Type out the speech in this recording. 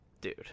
dude